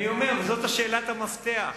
אני אומר שזו שאלת המפתח.